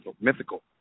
mythical